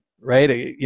right